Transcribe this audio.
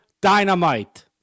dynamite